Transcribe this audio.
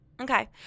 Okay